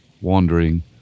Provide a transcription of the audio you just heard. wandering